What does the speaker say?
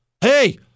Hey